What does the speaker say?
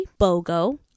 bogo